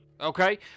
okay